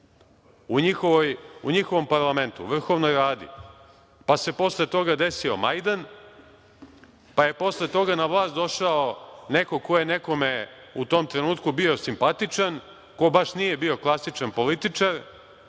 u njihovom parlamentu, njihovoj Vladi, pa se posle toga desio Majdan, pa je posle toga na vlast došao neko ko je nekome u tom trenutku bio simpatičan, ko baš nije bio klasičan političar